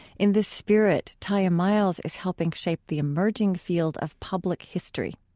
in this spirit, tiya miles is helping shape the emerging field of public history.